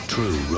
True